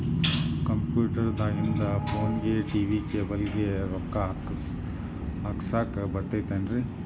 Computer ದಾಗಿಂದ್ ಫೋನ್ಗೆ, TV cable ಗೆ, ರೊಕ್ಕಾ ಹಾಕಸಾಕ್ ಬರತೈತೇನ್ರೇ?